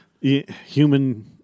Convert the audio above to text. human